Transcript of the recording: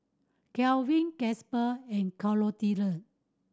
Kelvin Casper and